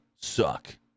suck